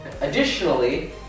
Additionally